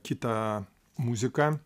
kita muzika